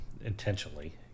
intentionally